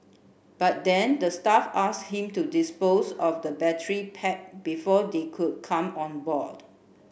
but then the staff asked him to dispose of the battery pack before they could come on board